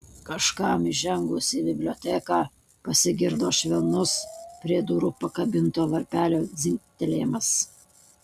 kažkam įžengus į biblioteką pasigirdo švelnus prie durų pakabinto varpelio dzingtelėjimas